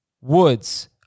Woods